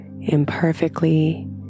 imperfectly